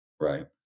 right